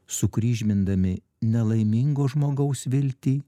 sukryžmindami nelaimingo žmogaus viltį